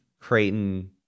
Creighton